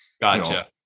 Gotcha